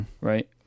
right